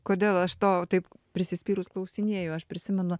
kodėl aš to taip prispyrus klausinėju aš prisimenu